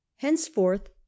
henceforth